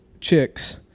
chicks